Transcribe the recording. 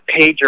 pager